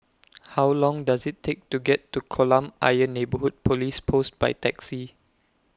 How Long Does IT Take to get to Kolam Ayer Neighbourhood Police Post By Taxi